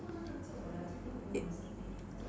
it